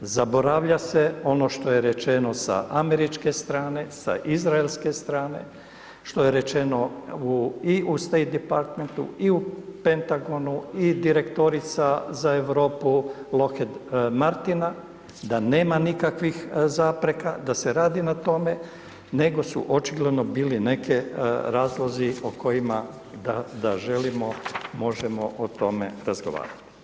Zaboravlja se ono što je rečeno sa američke strane, sa izraelske strane, što je rečeno i u State Department-u, i u Pentagonu, i direktorica za Europu Lockheed Martin-a, da nema nikakvih zapreka, da se radi na tome, nego su očigledno bili neke razlozi o kojima da želimo, možemo o tome razgovarati.